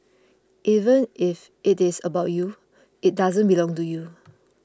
even if it is about you it doesn't belong to you